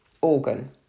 organ